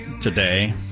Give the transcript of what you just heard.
today